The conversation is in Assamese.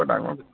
বৰ ডাঙৰ